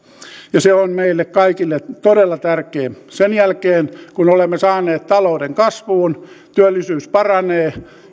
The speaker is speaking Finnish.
se on meille kaikille todella tärkeää sen jälkeen kun olemme saaneet talouden kasvuun työllisyys paranee